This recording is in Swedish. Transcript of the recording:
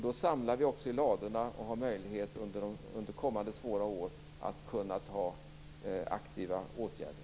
Då samlar vi i ladorna och har möjlighet att under kommande svåra år vidta aktiva åtgärder.